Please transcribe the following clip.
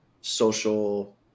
social